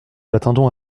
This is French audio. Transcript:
l’attendons